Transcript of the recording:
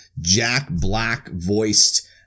jack-black-voiced